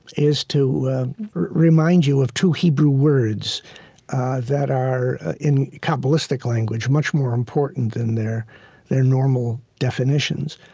is to remind you of two hebrew words that are in kabbalistic language much more important than their their normal definitions.